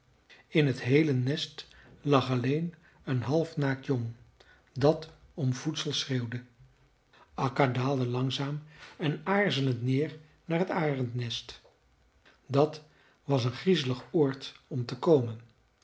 in t heele nest lag alleen een half naakt jong dat om voedsel schreeuwde akka daalde langzaam en aarzelend neer naar het arendsnest dat was een griezelig oord om te komen